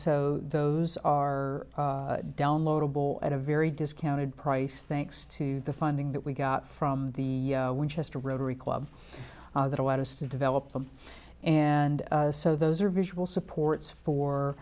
so those are downloadable at a very discounted price thanks to the funding that we got from the winchester rotary club that allowed us to develop them and so those are visual supports for